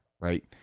right